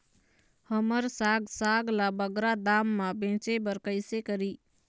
हमर साग साग ला बगरा दाम मा बेचे बर कइसे करी?